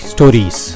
Stories